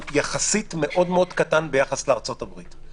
מאוד מאוד קטן ביחס לארצות הברית.